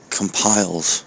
compiles